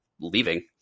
leaving